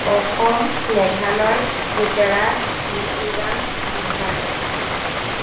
Assam Meghalaya Gujarat Mizoram Bihar